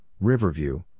Riverview